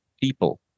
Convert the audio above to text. people